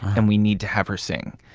and we need to have her sing.